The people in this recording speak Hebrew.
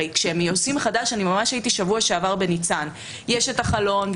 הרי כשעושים חדש ממש הייתי בשבוע שעבר בניצן יש חלון,